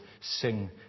sing